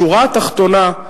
בשורה התחתונה,